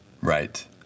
right